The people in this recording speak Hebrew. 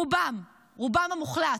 רובם, רובם המוחלט,